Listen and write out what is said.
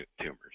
tumors